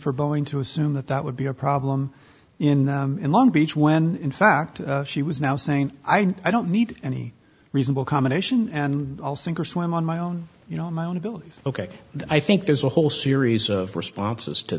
for boeing to assume that that would be a problem in long beach when in fact she was now saying i don't need any reasonable combination and all sink or swim on my own you know my own abilities ok i think there's a whole series of responses to